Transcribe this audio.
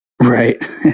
Right